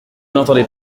n’entendez